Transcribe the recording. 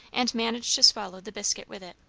and managed to swallow the biscuit with it.